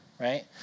right